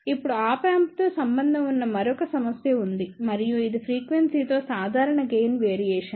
ఇప్పుడు op amp తో సంబంధం ఉన్న మరొక సమస్య ఉంది మరియు ఇది ఫ్రీక్వెన్సీ తో సాధారణ గెయిన్ వేరియేషన్